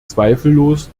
zweifellos